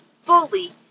fully